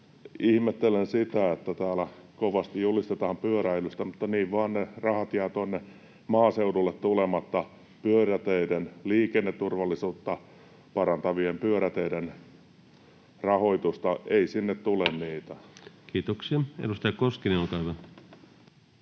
Ihmettelen sitä, että täällä kovasti julistetaan pyöräilystä, mutta niin vaan ne rahat jäävät tuonne maaseudulle tulematta. Liikenneturvallisuutta parantavien pyöräteiden rahoitusta ei sinne tule. [Speech 31] Speaker: Ensimmäinen